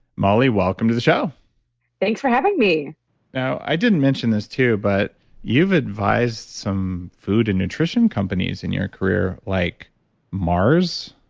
molly, welcome to the show thanks for having me now, i didn't mention this too, but you've advised some food and nutrition companies in your career like mars,